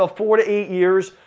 ah four to eight years,